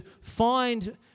find